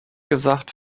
gesagt